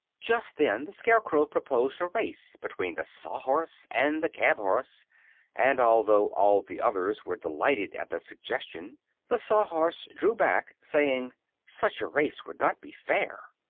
just then the scarecrow proposed a race between the sawhorse and the cab-horse and although all the others were delighted at the suggestion the sawhorse drew back, saying such a race would not be fair.